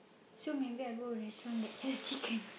so maybe I go restaurant that has chicken